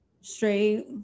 straight